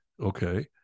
okay